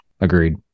Agreed